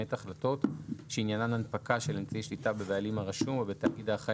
למעט החלטות שעניינן הנפקה של אמצעי שליטה בבעלים הרשום או בתאגיד האחראי